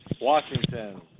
Washington